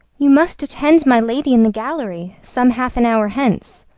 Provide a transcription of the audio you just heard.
you must attend my lady in the gallery, some half and hour hence.